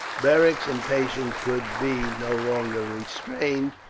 beric's impatience could be no longer restrained,